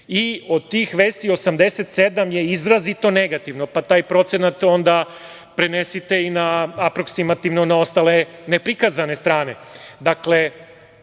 i od tih vesti 87 je izrazito negativno, pa taj procenat onda prenesite aproksimativno i na ostale neprikazane strane. Dakle,